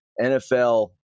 NFL